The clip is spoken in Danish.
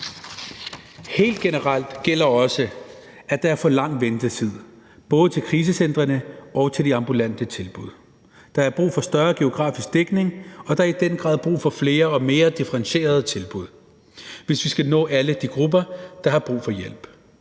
Helt generelt gælder også, at der er for lang ventetid både til krisecentrene og til de ambulante tilbud. Der er brug for større geografisk dækning, og der er i den grad brug for flere og mere differentierede tilbud, hvis vi skal nå alle de grupper, der har brug for hjælp.